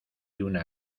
una